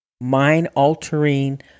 mind-altering